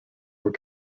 were